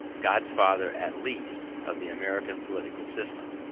god-father at least of the american political system,